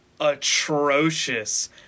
atrocious